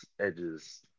edges